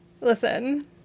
Listen